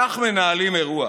כך מנהלים אירוע.